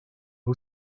who